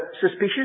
suspicious